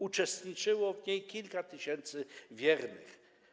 Uczestniczyło w niej kilka tysięcy wiernych.